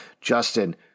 Justin